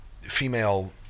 female